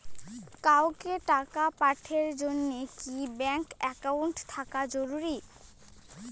কাউকে টাকা পাঠের জন্যে কি ব্যাংক একাউন্ট থাকা জরুরি?